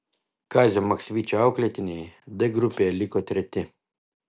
kazio maksvyčio auklėtiniai d grupėje liko treti